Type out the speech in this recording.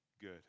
good